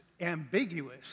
ambiguous